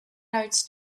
notes